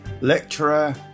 lecturer